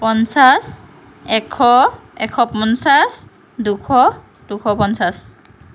পঞ্চাছ এশ এশ পঞ্চাছ দুশ দুশ পঞ্চাছ